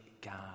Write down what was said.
God